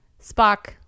spock